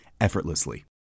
effortlessly